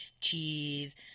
cheese